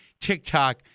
TikTok